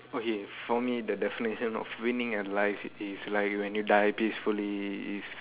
okay for me the definition of winning at life is like when you die peacefully is